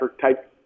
type